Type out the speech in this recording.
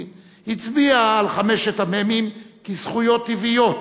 הצביע על חמשת המ"מים כזכויות טבעיות,